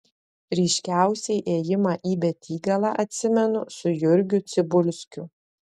ryškiausiai ėjimą į betygalą atsimenu su jurgiu cibulskiu